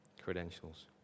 credentials